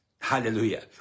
Hallelujah